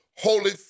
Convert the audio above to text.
Holy